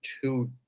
two